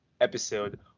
episode